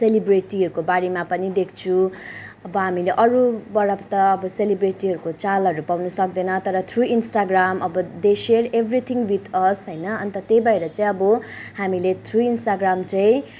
सेलिब्रेटीहरूको बारेमा पनि देख्छु अब हामीले अरूबाट त अब सेलिब्रेटीहरूको चालहरू पाउन सक्दैन तर थ्रु इन्स्टाग्राम अब they share everything with us होइन अन्त त्यही भएर चाहिँ अब हामीले थ्रु इन्स्टाग्राम चाहिँ अब